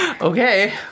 Okay